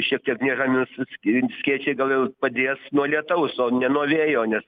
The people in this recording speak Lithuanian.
šiek tiek neramius skėčiai gal jau padės nuo lietaus o ne nuo vėjo nes